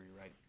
right